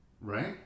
Right